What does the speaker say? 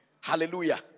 Hallelujah